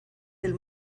del